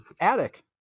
attic